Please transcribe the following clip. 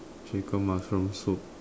chicken mushroom soup